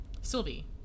Sylvie